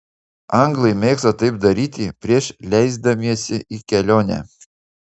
anglai mėgsta taip daryti prieš leisdamiesi į kelionę